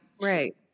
Right